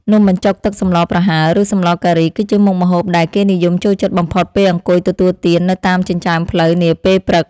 នំបញ្ចុកទឹកសម្លប្រហើរឬសម្លការី គឺជាមុខម្ហូបដែលគេនិយមចូលចិត្តបំផុតពេលអង្គុយទទួលទាននៅតាមចិញ្ចើមផ្លូវនាពេលព្រឹក។